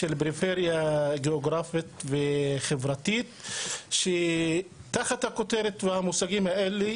של פריפריה גיאוגרפית וחברתית שתחת הכותרת והמושגים האלה,